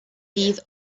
bydd